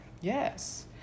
yes